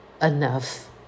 enough